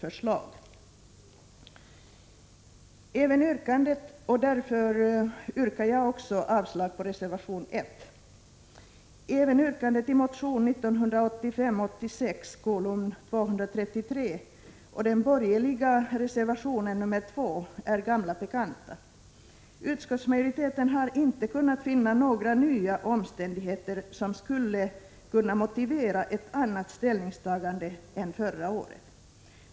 Jag yrkar därför avslag på reservation 1. Även yrkandet i motion 1985/86:A233 och i den borgerliga reservationen 2 är en gammal bekant. Utskottsmajoriteten har inte kunnat finna några nya omständigheter som skulle motivera ett annat ställningstagande än förra året.